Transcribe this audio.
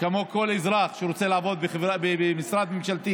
כמו כל אזרח שרוצה לעבוד במשרד ממשלתי